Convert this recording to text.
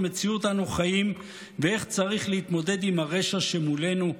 מציאות אנו חיים ואיך צריך להתמודד עם הרשע שמולנו?